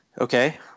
okay